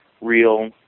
real